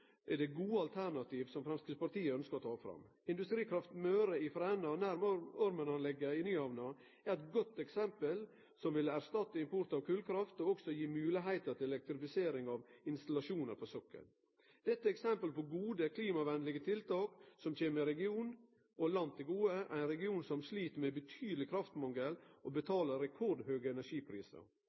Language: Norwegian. er det gode alternativ som Framstegspartiet ønskjer å trekkje fram. Industrikraft Møre i Fræna nær Ormen Lange-anlegget i Nyhavna er eit godt eksempel. Ein vil her kunne erstatte import av kolkraft og også gi moglegheit for elektrifisering av installasjonar på sokkelen. Dette er eksempel på gode, klimavenlege tiltak som vil kome landet og regionen til gode, ein region som slit med betydeleg kraftmangel, og som betalar rekordhøge energiprisar.